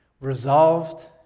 resolved